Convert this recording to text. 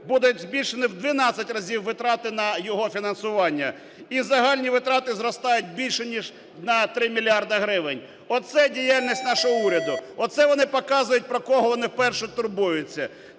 будуть збільшені в дванадцять разів витрати на його фінансування. І загальні витрати зростають більше ніж на 3 мільярди гривень. Оце діяльність нашого уряду. Оце вони показують, про кого вони перше турбуються.